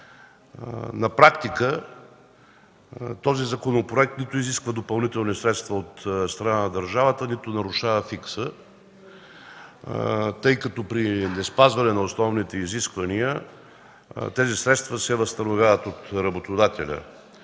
На практика законопроектът нито изисква допълнителни средства от страна на държавата, нито нарушава фиска, тъй като при неспазване на основните изисквания тези средства се възстановяват от работодателя.